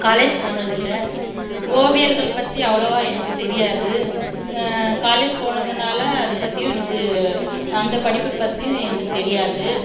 college போனது இல்லை ஓவியர்கள் பற்றி அவ்வளவா எனக்கு தெரியாது காலேஜ் போனதுனால் அதை பற்றியும் எனக்கு அந்த படிப்பு பற்றியும் எனக்கு தெரியாது